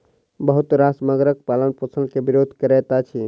बहुत राष्ट्र मगरक पालनपोषण के विरोध करैत अछि